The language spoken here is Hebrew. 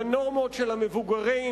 לנורמות של המבוגרים,